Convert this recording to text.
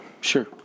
Sure